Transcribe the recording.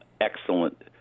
excellent